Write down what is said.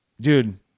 Dude